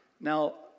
Now